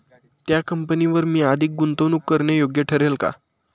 त्या कंपनीवर मी अधिक गुंतवणूक करणे योग्य ठरेल का?